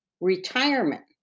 Retirement